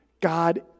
God